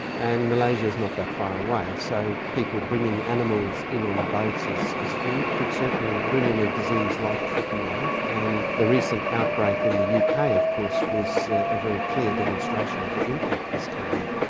and malaysia is not that far away. so people bringing animals in on boats as as food could certainly bring in a disease like foot and mouth, and the recent outbreak in the uk kind of course was a very clear demonstration of the impact this can have,